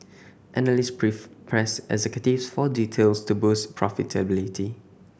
analyst pressed executives for details to boost profitability